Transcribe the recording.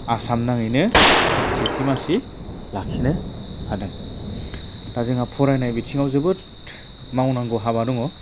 आसामनाङैनो सेथि मासि लाखिनो हादों दा जोंहा फरायनाय बिथिंआव जोबोद मावनांगौ हाबा दङ